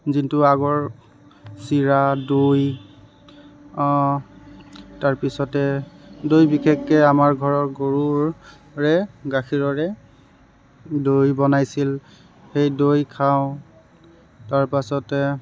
যোনটো আগৰ চিৰা দৈ তাৰপিছতে দৈ বিশেষকৈ আমাৰ ঘৰৰ গৰুৰে গাখীৰৰে দৈ বনাইছিল সেই দৈ খাওঁ তাৰপাছতে